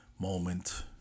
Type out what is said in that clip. moment